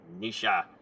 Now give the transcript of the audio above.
Nisha